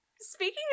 Speaking